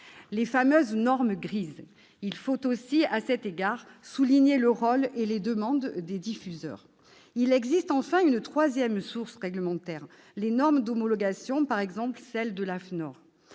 les fameuses « normes grises ». Il faut aussi, à cet égard, souligner le rôle et les demandes des diffuseurs. Il existe enfin une troisième source réglementaire : les normes d'homologation, par exemple celles de l'AFNOR,